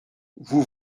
vous